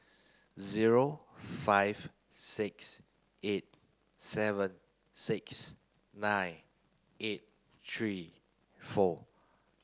zero five six eight seven six nine eight three four